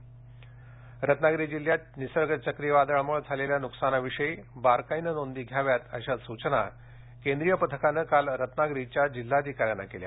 पथक रत्नागिरी जिल्ह्यात निसर्ग चक्रीवादळामुळे झालेल्या नुकसानीविषयी बारकाईनं नोंदी घ्याव्यात अशा सूचना केंद्रीय पथकानं काल रत्नागिरीच्या जिल्हाधिकाऱ्यांना केल्या